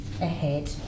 ahead